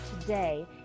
today